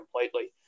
completely